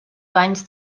banys